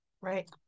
Right